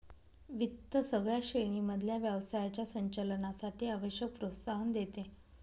वित्त सगळ्या श्रेणी मधल्या व्यवसायाच्या संचालनासाठी आवश्यक प्रोत्साहन देते